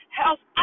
health